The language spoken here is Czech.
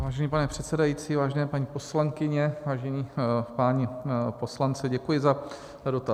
Vážený pane předsedající, vážené paní poslankyně, vážení páni poslanci, děkuji za dotaz.